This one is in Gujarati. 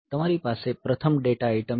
તમારી પાસે પ્રથમ ડેટા આઇટમ છે